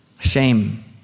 Shame